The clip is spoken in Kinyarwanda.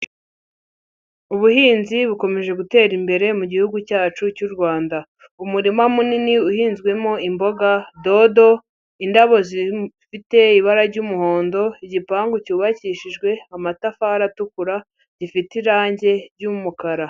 Ubuhinzi bukomeje gutera imbere mu gihugu cyacu cy'u Rwanda, umurima munini uhinzwemo imboga dodo, indabo zifite ibara ry'umuhondo, igipangu cyubakishijwe amatafari atukura gifite irangi ry'umukara.